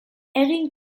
egin